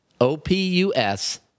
O-P-U-S